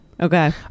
okay